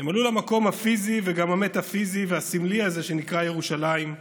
הם עלו למקום הפיזי וגם המטפיזי והסמלי הזה שנקרא ירושלים.